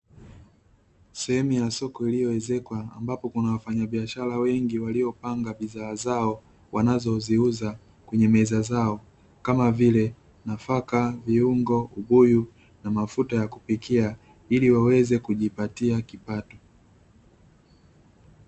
Sehemu ya soko iliyoezekwa ambapo kuna wafanyabiashara wengi waliopanga bidhaa zao wanazoziuza kwenye meza zao kama vile: nafaka, viungo, ubuyu na mafuta ya kupikia; ili waweze kujipatia kipato.